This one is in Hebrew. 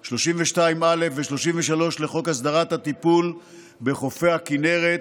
32(א) ו-33 לחוק הסדרת הטיפול בחופי הכנסת,